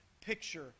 picture